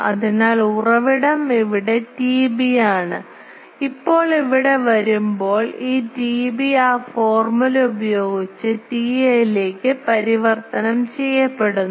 അതിനാൽ ഉറവിടം ഇവിടെ TB ആണ് ഇപ്പോൾ ഇവിടെ വരുമ്പോൾ ഈ TB ആ ഫോർമുല ഉപയോഗിച്ച് TA യിലേക്ക് പരിവർത്തനം ചെയ്യപ്പെടുന്നു